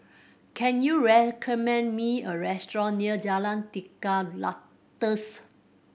can you recommend me a restaurant near Jalan Tiga Ratus